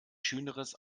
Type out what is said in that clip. schöneres